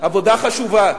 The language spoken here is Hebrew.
עבודה חשובה,